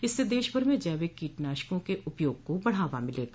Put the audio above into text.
इससे देशभर में जैविक कीटनाशकों के उपयोग को बढ़ावा मिलेगा